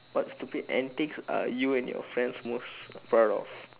what stupid antics are you and your friends most proud of